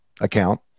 account